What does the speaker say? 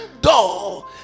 door